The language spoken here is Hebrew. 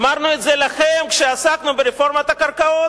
אמרנו את זה לכם כשעסקנו ברפורמת הקרקעות.